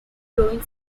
growing